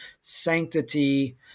sanctity